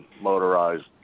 motorized